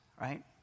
right